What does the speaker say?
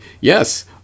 yes